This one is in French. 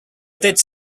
tête